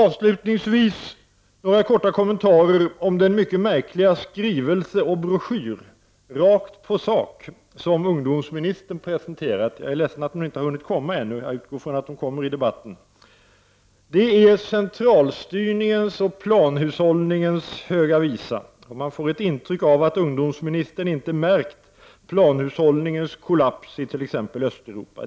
Avslutningsvis några korta kommentarer om den mycket märkliga skrivelse och broschyr — Rakt på sak — som ungdomsministern presenterat. Jag beklagar att hon inte har hunnit komma till kammaren ännu, men jag utgår från att hon kommer att delta i debatten. Det är centralstyrningens och planhushållningens höga visa. Man får ett intryck av att ungdomsministern inte märkt planhushållningens kollaps i t.ex. Östeuropa.